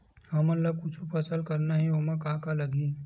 हमन ला कुछु फसल करना हे ओमा का का लगही?